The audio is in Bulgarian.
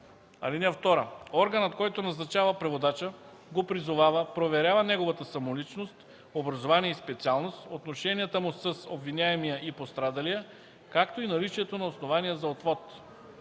(2) Органът, който назначава преводача, го призовава, проверява неговата самоличност, образование и специалност, отношенията му с обвиняемия и пострадалия, както и наличието на основание за отвод.